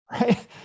right